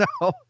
no